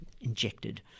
injected